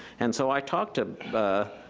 and so i talked to